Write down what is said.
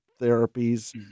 therapies